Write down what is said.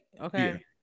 Okay